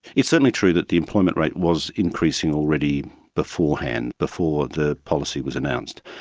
it's certainly true that the employment rate was increasing already beforehand, before the policy was announced,